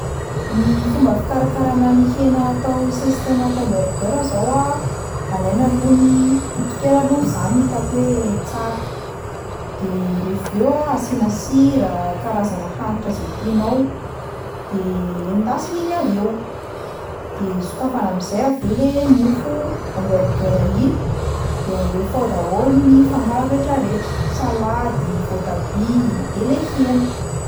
Ny fomba fikarakarana ny hena atao sesika anaty hambergers zao a: alaina aloha ny toton-kena alohany zany no hitako hoe tsara, de rehefa avy eo a asiana sira, karazana hanitra zay tianao, de endasina iny avy eo, de sokafana amin'izay avy eo le mofo hamburgers iny, de alefa ao daholo ny fangaro rehetrarehetra, salady, voatabia, de le hena.